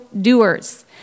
doers